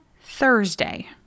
Thursday